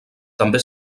també